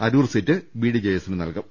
Aroor seat B D J എസിന് നൽകും